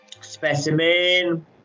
Specimen